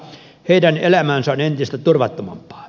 heidän elämänsä on entistä turvattomampaa